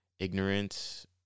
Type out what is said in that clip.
ignorance